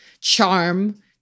charm